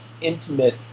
intimate